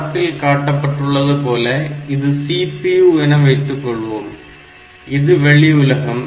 படத்தில் காட்டப்பட்டுள்ளது போல இது CPU என வைத்துக்கொள்வோம் இது வெளி உலகம்